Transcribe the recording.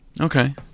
Okay